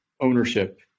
ownership